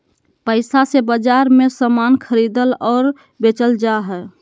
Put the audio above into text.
पैसा से बाजार मे समान खरीदल और बेचल जा हय